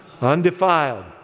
undefiled